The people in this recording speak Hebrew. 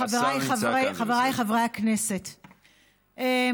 חבריי חברי הכנסת,